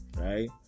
right